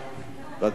מס' 8786. אבקשך להשיב,